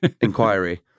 inquiry